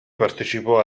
partecipò